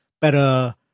better